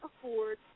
afford